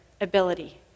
ability